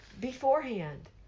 beforehand